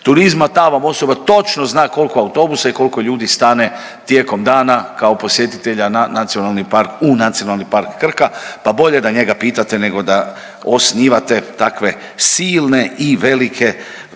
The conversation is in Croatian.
turizma. Ta vam osoba točno zna koliko autobusa i koliko ljudi stane tijekom dana kao posjetitelja u Nacionalni park Krka, pa bolje da njega pitate nego da osnivate takve silne i velike skupine